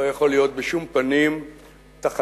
לא יכול להיות בשום פנים תחליף